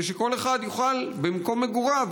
שכל אחד יוכל לקבל טיפול במקום מגוריו?